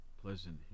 Pleasant